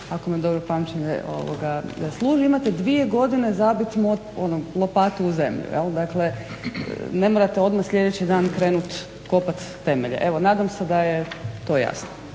ako me dobro pamćenje služi imate dvije godine zabiti lopatu u zemlju jel. Dakle ne morate odmah sljedeći dan odmah krenuti kopati temelje. Evo nadam se da je to jasno.